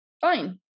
Fine